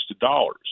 dollars